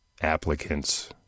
applicants